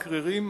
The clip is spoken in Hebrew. מקררים,